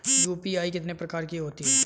UPI कितने प्रकार की होती हैं?